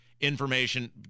information